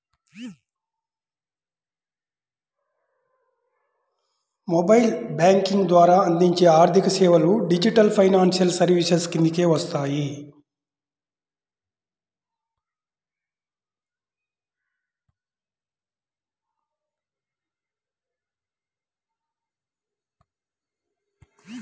mobile banking ద్వారా అందించే ఆర్థికసేవలు డిజిటల్ ఫైనాన్షియల్ సర్వీసెస్ కిందకే వస్తాయి